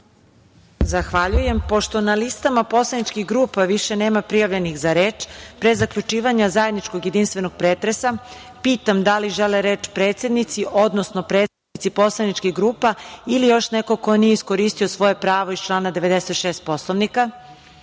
Zahvaljujem. Pošto na listama poslaničkih grupa više nema prijavljenih za reč, pre zaključivanja zajedničkog jedinstvenog pretresa, pitam da li žele reč predsednici, odnosno predstavnici poslaničkih grupa ili još neko ko nije iskoristio svoje pravo iz člana 96. poslovnika?